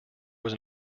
was